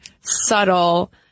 subtle